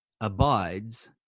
abides